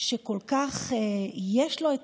שכל כך יש לו את